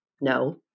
No